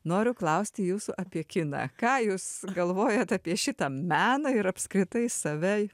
noriu klausti jūsų apie kiną ką jūs galvojat apie šitą meną ir apskritai save